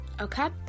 Okay